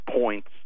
points